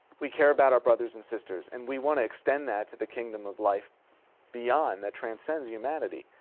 we care about our brothers and sisters, and we want to extend that to the kingdom of life beyond, that transcends humanity.